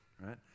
right